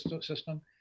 system